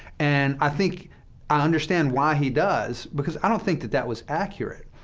and i think i understand why he does, because i don't think that that was accurate.